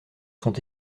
sont